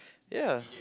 ya